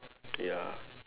ya